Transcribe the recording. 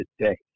today